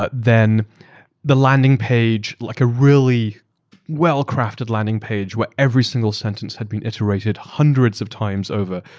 but then the landing page, like a really well-crafted landing page, where every single sentence had been iterated hundreds of times over.